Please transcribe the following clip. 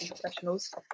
professionals